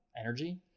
energy